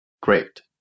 Great